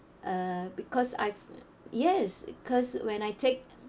uh because I've yes because when I take